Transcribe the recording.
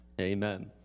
amen